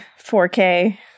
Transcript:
4K